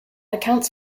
accounts